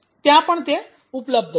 ત્યાં પણ તે ઉપલબ્ધ છે